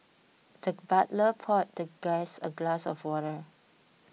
the butler poured the guest a glass of water